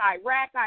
Iraq